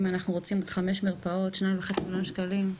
אם אנחנו רוצים להקים חמש מרפאות אז מדובר ב-2 וחצי מיליון שקלים,